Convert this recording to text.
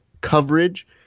coverage